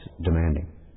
demanding